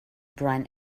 bryan